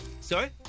Sorry